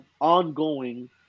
ongoing